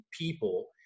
people